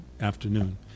afternoon